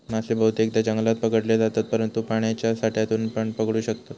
मासे बहुतेकदां जंगलात पकडले जातत, परंतु पाण्याच्या साठ्यातूनपण पकडू शकतत